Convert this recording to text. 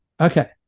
Okay